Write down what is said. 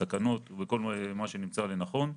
בתקנות או בכל מה שתמצאו לנכון,